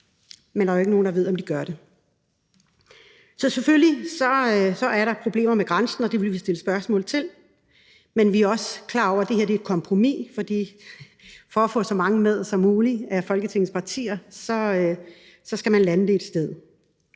men der er jo ikke nogen, der ved, om de gør det. Så selvfølgelig er der problemer med grænsen, og det vil vi stille spørgsmål til, men vi er også klar over, at det her er et kompromis, for for at få så mange af Folketingets partier med som muligt skal man lande det et sted.